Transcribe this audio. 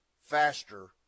faster